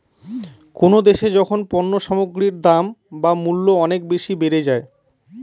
কোনো দেশে যখন পণ্য সামগ্রীর দাম বা মূল্য অনেক বেশি বেড়ে যায়